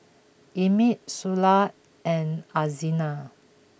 Emmitt Sula and Alzina